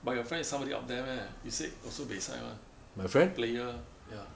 but your friend is somebody up there meh you said also buay sai [one] player ya